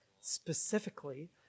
Specifically